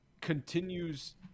continues